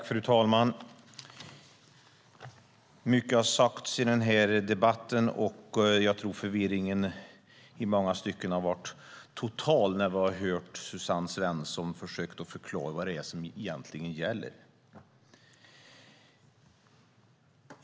Fru talman! Mycket har sagts i den här debatten, och jag tror att förvirringen i många stycken har varit total när vi har hört Suzanne Svensson försöka förklara vad det är som egentligen gäller.